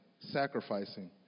sacrificing